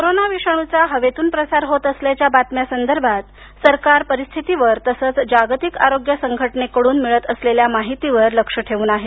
corona विषाणूचा हवेतून प्रसार होत असल्याच्या बातम्यांसंदर्भात सरकार परिस्थितीवर तसंच जागतिक आरोग्य संघटनेकडून मिळत असलेल्या माहितीवर लक्ष ठेऊन आहे